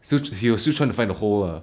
still he was still trying to find the hole ah